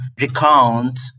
recount